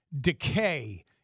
decay